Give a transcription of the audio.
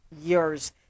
years